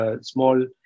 small